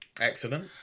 Excellent